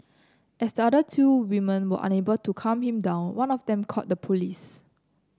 as the other two women were unable to calm him down one of them called the police